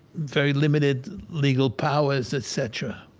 very limited legal powers, etc